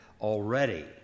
already